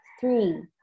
Three